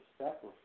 sacrifice